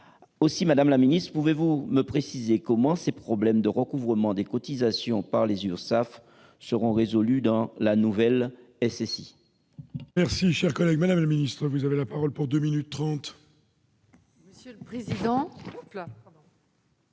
Aussi, madame la ministre, pouvez-vous me préciser comment ces problèmes de recouvrement des cotisations par les URSSAF seront résolus dans la nouvelle SSI ?